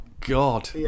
God